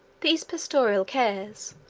these pastoral cares,